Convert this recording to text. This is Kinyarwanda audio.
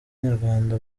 nyarwanda